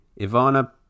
Ivana